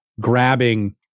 grabbing